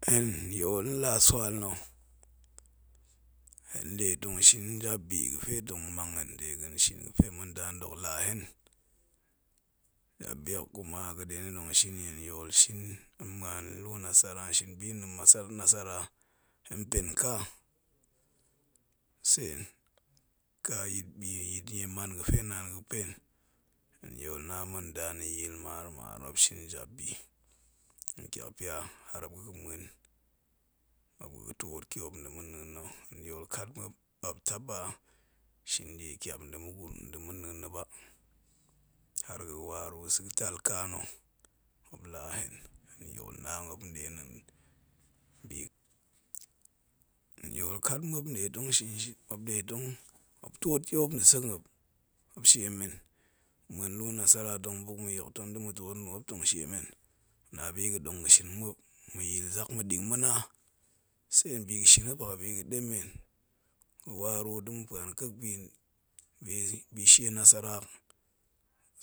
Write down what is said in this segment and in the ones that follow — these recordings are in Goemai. Ga̱ yol na̱ nasual na̱ hen nde tong shin jap bi ga̱fe tong mang hen de ga̱a̱n shin bi ga̱fe ma̱ ndama̱ dok laa hen, jap bi hok kuma ga̱ nshim, ni hen yol shim, hen shin bi na̱ nasara pen ka sen ka yit die ga̱fe naan ga̱ga̱ pen, hen yol na ma̱ nda na̱ i, yil mar mar, mur shin jap bi ntiakpia har ma̱ muen muop ga̱ ga̱ tuot tiop nda̱ ma̱ na̱a̱n na̱ ma̱ kat muop, muop taba shin die tiap nda̱ ma̱ gurum muk ba, ma̱ na̱an na̱ ba. har ga̱ ga̱ waru sek tal ka na̱ muop la'a hen, hen ni hen yol na muop, muop den da̱a̱n hen yol kat muop, muop ɗetong, muop tuot tiop nda̱sek muep, muop shie men, ma̱ muen lu'u nasara, ma̱ mu da̱ ma̱ yok da̱ ma̱ tuot nuu muop tong shiemen, ma̱ na biga̱ dong ga̱ shin muop, ma̱ yilzak ma̱ ɗing, ma̱ na sen bi ga̱ shin muop hok abi ga̱ demen, ga̱ waru da̱ ma̱ puan kek bishie nasara hok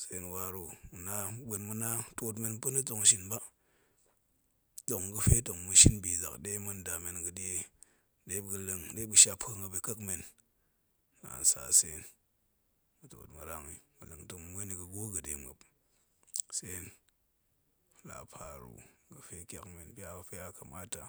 sen waru ma̱na ma̱ buen ma̱na tuot men la̱ tong shin ba dong ga̱fe tong ma̱ shin ni zak de ma̱ndamen ga̱ de, ɗe muop ga̱ shap pue. muop i kek men naan sa sen, ma̱ tuot ma̱ rang i, ma̱ leng tong ma̱ muen i ga̱ gwo de muop sen la par ru ga̱ piakmen pia pe ya kamata